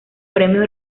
premios